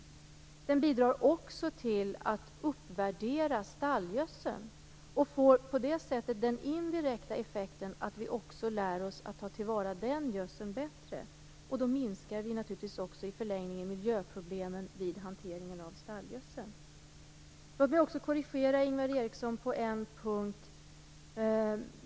Den bidrar också till att uppvärdera stallgödseln och får på det sättet den indirekta effekten att vi också lär oss att ta till vara den gödseln bättre. Då minskar vi naturligtvis också i förlängningen miljöproblemen vid hanteringen av stallgödseln. Jag vill korrigera Ingvar Eriksson på en punkt.